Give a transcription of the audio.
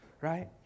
right